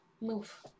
move